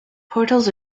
portals